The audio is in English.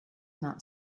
not